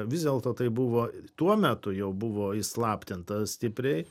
vis dėlto tai buvo tuo metu jau buvo įslaptinta stipriai